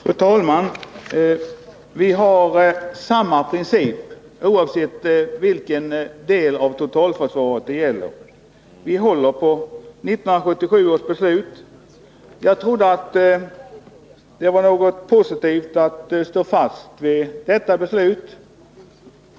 Fru talman! Vi har samma princip oavsett vilken del av totalförsvaret det gäller. Vi håller på 1977 års beslut. Jag trodde att det var något positivt att stå fast vid detta beslut.